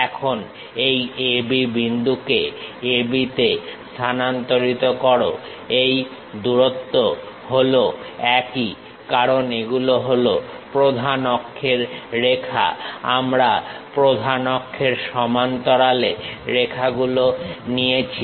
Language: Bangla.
এখন এই A B বিন্দুকে A B তে স্থানান্তরিত করো এই দূরত্ব গুলো একই কারণ এগুলো হলো প্রধান অক্ষের রেখা আমরা প্রধান অক্ষের সমান্তরালে রেখাগুলো নিয়েছি